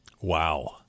Wow